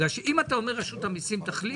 אם אתה אומר שרשות המיסים תחליט,